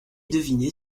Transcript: deviner